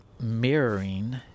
mirroring